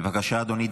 בבקשה, אדוני.